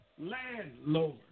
landlord